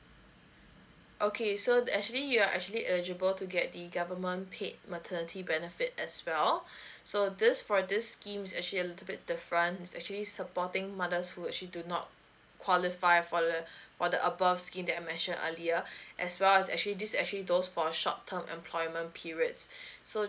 okay so that actually you are actually able to get the government paid maternity benefit as well so this for this scheme is actually a little bit different actually supporting mother's food she do not qualify for the for the above scheme that I mentioned earlier as well as actually this actually those for short term employment periods so